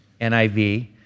NIV